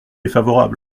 défavorable